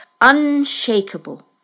unshakable